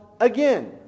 again